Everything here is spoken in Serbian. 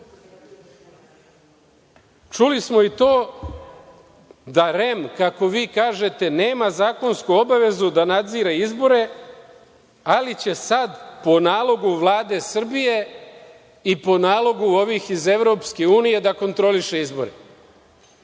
smo i to da REM, kako vi kažete, nema zakonsku obavezu da nadzire izbore, ali će sad po nalogu Vlade Srbije i po nalogu ovih iz EU da kontroliše izbore.